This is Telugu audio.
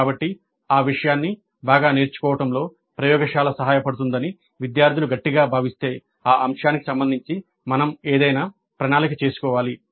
కాబట్టి ఆ విషయాన్ని బాగా నేర్చుకోవడంలో ప్రయోగశాల సహాయపడుతుందని విద్యార్థులు గట్టిగా భావిస్తే ఆ అంశానికి సంబంధించి మనం ఏదైనా ప్రణాళిక చేసుకోవాలి